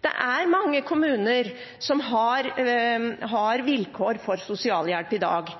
Det er mange kommuner som har vilkår for sosialhjelp i dag.